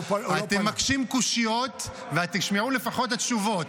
אתם מקשים קושיות, ותשמעו לפחות את התשובות.